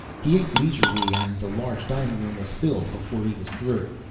he ate leisurely and the large dining room was filled before he was through.